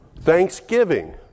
Thanksgiving